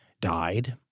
died